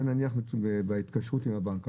זה נניח בהתקשרות עם הבנק,